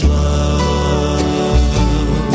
love